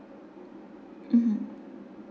mmhmm